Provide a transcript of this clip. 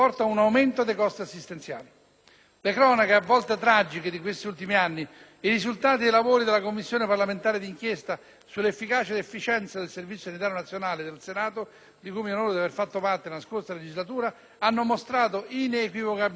Le cronache a volte tragiche di questi ultimi anni e i risultati dei lavori della Commissione parlamentare d'inchiesta sull'efficacia e l'efficienza del Servizio sanitario nazionale del Senato, di cui mi onoro di aver fatto parte nella scorsa legislatura, hanno mostrato inequivocabilmente una Italia divisa in due,